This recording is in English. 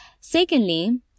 secondly